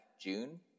june